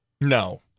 No